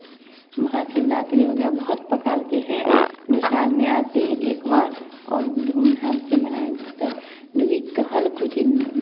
महाशिवरात्री हो गया बहुत प्रकार के हैं दो साल में आते हैं एक बार और धूम धाम से मनाया जाता है जो कि हर कुछ के